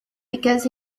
because